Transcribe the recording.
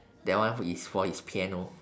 that one is for his piano